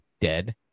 dead